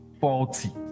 faulty